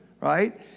right